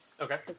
Okay